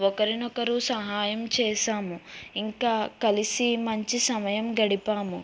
ఒకరినొకరు సహాయం చేసాము ఇంక కలిసి మంచి సమయం గడిపాము